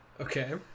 Okay